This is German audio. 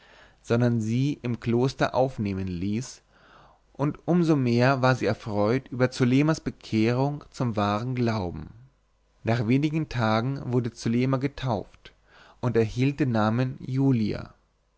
sondern sie im kloster aufnehmen ließ und um so mehr war sie erfreut über zulemas bekehrung zum wahren glauben nach wenigen tagen wurde zulema getauft und erhielt den namen julia